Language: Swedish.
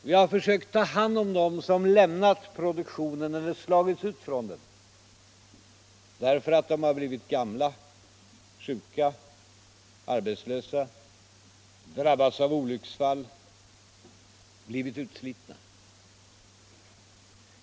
Vi har sökt ta hand om dem som lämnat produktionen eller slagits ut från den — därför att de blivit gamla, sjuka eller arbetslösa, drabbats av olycksfall eller blivit utslitna.